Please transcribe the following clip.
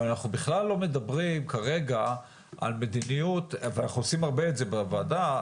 אבל בכלל אנחנו מדברים כרגע על מדיניות ואנחנו עושים את זה הרבה בוועדה,